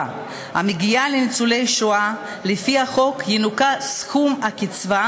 המגיעה לניצולי שואה לפי החוק ינוכה סכום הקצבה